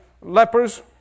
lepers